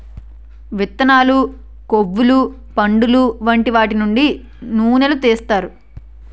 విత్తనాలు, కొవ్వులు, పండులు వంటి వాటి నుండి నూనెలు తీస్తారు